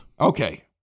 Okay